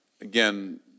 again